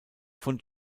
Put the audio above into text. von